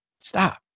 stop